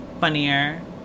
Funnier